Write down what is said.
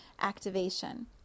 activation